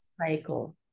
cycle